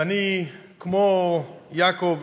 ואני, כמו יעקב,